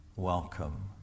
welcome